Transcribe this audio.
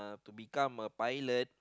to become a pilot